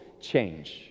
change